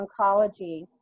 oncology